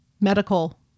medical